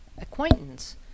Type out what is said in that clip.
acquaintance